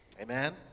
Amen